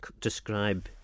describe